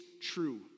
true